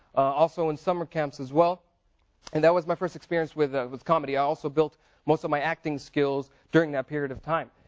also in summer camps as well and that was my first experience with with comedy. i also build most of my acting skills during that period of time.